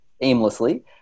aimlessly